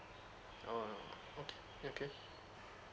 oh oh okay okay